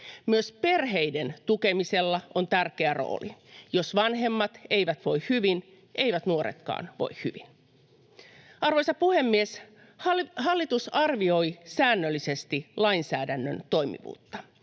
Myös perheiden tukemisella on tärkeä rooli. Jos vanhemmat eivät voi hyvin, eivät nuoretkaan voi hyvin. Arvoisa puhemies! Hallitus arvioi säännöllisesti lainsäädännön toimivuutta.